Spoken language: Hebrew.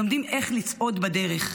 לומדים איך לצעוד בדרך,